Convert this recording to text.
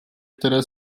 které